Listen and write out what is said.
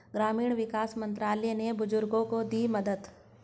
ग्रामीण विकास मंत्रालय ने बुजुर्गों को दी मदद